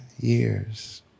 years